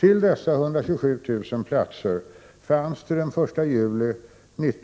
Till dessa 127 000 platser fanns det den 1 juli